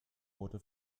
wurde